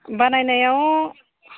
बानायनायाव